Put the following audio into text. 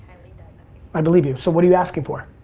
i believe you. so what are you asking for?